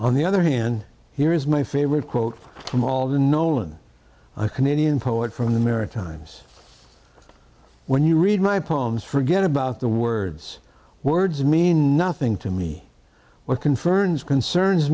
on the other hand here is my favorite quote from all the nolan a canadian poet from the maritimes when you read my poems forget about the words words mean nothing to me what can ferns concerns